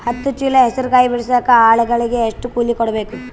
ಹತ್ತು ಚೀಲ ಹೆಸರು ಕಾಯಿ ಬಿಡಸಲಿಕ ಆಳಗಳಿಗೆ ಎಷ್ಟು ಕೂಲಿ ಕೊಡಬೇಕು?